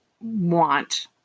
want